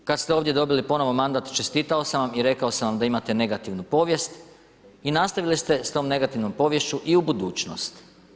Kada ste ovdje dobili ponovo mandat, čestitao sam vam i rekao sam vam da imate negativnu povijest i nastavili ste s tom negativnom poviješću i u budućnost.